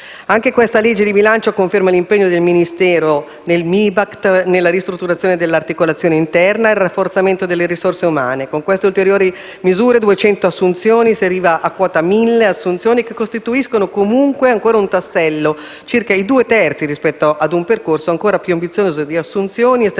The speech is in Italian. Anche questa legge di bilancio conferma l'impegno del MIBACT nella ristrutturazione dell'articolazione interna e nel rafforzamento delle risorse umane. Con questa ulteriore misura, 200 ulteriori assunzioni, si arriva a quota mille assunzioni che costituiscono, comunque, ancora un tassello, pari a circa i due terzi, rispetto a un percorso ancora più ambizioso di assunzioni e